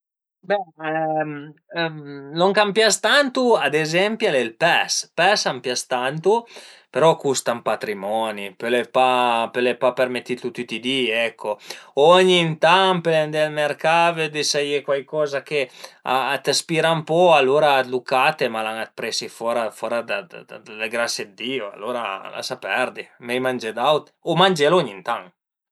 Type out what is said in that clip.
Be lon ch'a m'pias tantu ad ezempi al e ël pes, ël pes a m'pias tantu, però a custa ën patrimoni, pöle pa, pöle pa permettitlu tüti i di ecco, ogni tant pöi andé al mercà vëddi s'a ie cuaicoza ch'a t'ispira ën po, alura lu cate, ma al an dë presi fora fora da le grasie dë Diu, alura lasa perdi, mei mangé d'aut o mangelu ogni tant